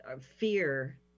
fear